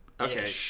Okay